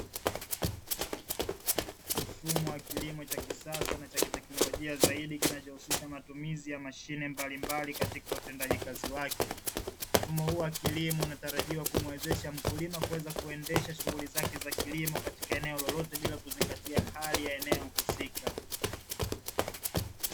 Mfumo wa kilimo cha kisasa na cha kiteknolojia zaidi kinachohusisha matumizi ya mashine mbalimbali katika utendaji kazi wake, mfumo huu wa kilimo unatarijiwa kumwezesha mkulima kuweza kuendesha shughuli zake za kilimo katika eneo lolote, bila kuzingatia hali ya eneno husika.